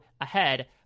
ahead